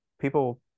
people